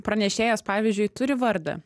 pranešėjas pavyzdžiui turi vardą